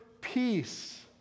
peace